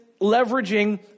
leveraging